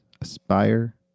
Aspire